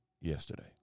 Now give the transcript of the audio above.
yesterday